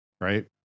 Right